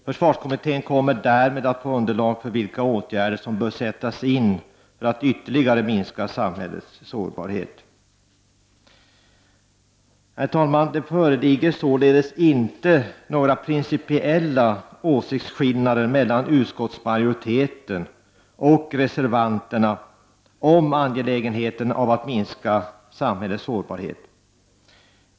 Försvarskommittén kommer därmed att få ett underlag för bedömningen av vilka åtgärder som bör sättas in för att ytterligare minska samhällets sårbarhet. Herr talman! Det föreligger således inte några principiella åsiktsskillnader mellan utskottsmajoriteten och reservanterna om att det är angeläget att minska samhällets sårbarhet.